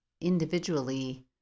individually